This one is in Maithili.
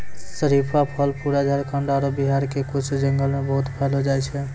शरीफा फल पूरा झारखंड आरो बिहार के कुछ जंगल मॅ बहुत पैलो जाय छै